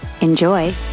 Enjoy